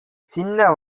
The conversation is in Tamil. சின்ன